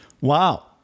Wow